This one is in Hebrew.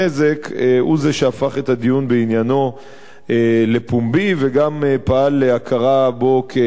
הוא שהפך את הדיון בעניינו לפומבי וגם פעל להכרה בו כסוכן ישראלי.